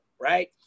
right